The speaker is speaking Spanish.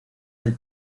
del